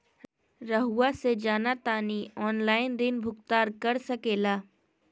रहुआ से जाना तानी ऑनलाइन ऋण भुगतान कर सके ला?